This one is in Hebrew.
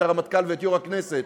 את הרמטכ"ל ואת יושב-ראש הכנסת